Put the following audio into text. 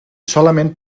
solament